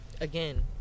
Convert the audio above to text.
again